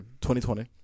2020